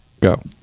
go